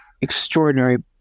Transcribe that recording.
extraordinary